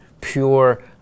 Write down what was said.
pure